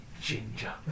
ginger